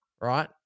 right